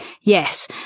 Yes